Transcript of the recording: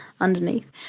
underneath